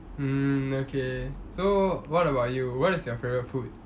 mm okay so what about you what is your favourite food